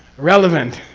relevant.